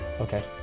Okay